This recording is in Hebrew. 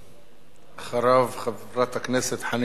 אחריו, חברת הכנסת חנין זועבי.